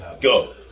Go